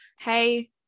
hey